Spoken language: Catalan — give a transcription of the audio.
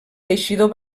teixidor